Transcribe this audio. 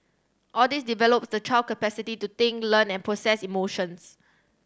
all this develops the child capacity to think learn and process emotions